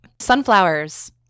Sunflowers